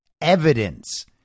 evidence